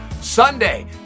Sunday